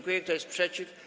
Kto jest przeciw?